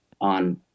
on